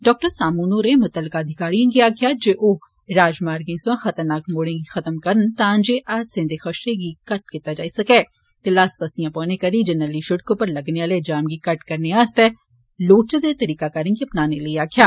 डा सामुन होरें मुतलका अधिकारिएं गी आक्खेया जे ओ राजमार्गे सोयां खतरनाक मोड़ गी खत्म करन तां जे हादसें दे खदशें गी घट्ट कीत्ता जाई सकै ते लास पस्सियां पौने करी जरनैली शिड़क उप्पर लगने आले जाम गी घट्ट करने आस्तै लोड़चदे तरीकाकारें गी अपनाने लेई आक्खेया